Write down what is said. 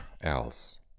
else